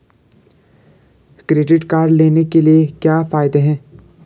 Credit card लेने के क्या फायदे हैं?